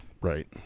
Right